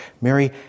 Mary